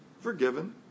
forgiven